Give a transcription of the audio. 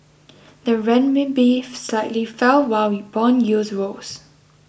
the Renminbi slightly fell while bond yields rose